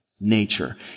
nature